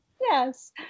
Yes